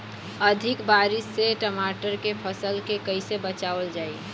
अधिक बारिश से टमाटर के फसल के कइसे बचावल जाई?